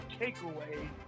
takeaway